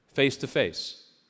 face-to-face